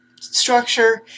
structure